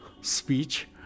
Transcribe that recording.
speech